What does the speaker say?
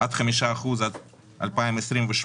עד 5% עד 2028,